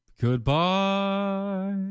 Goodbye